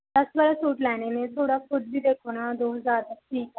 ਦਸ ਬਾਰਾਂ ਸੂਟ ਲੈਣੇ ਨੇ ਥੋੜ੍ਹਾ ਖੁਦ ਵੀ ਦੇਖੋ ਨਾ ਦੋ ਹਜ਼ਾਰ ਤੱਕ ਠੀਕ ਹੈ